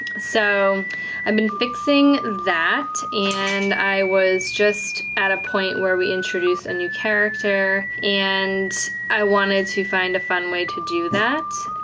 so i've been fixing that, and i was just at a point where we introduce a new character, and i wanted to find a fun way to do that,